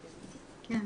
בבקשה.